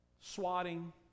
swatting